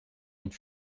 und